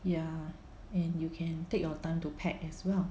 ya and you can take your time to pack as well